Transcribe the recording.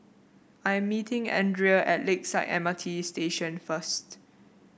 I am meeting Andrea at Lakeside M R T Station first